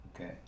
Okay